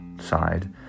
side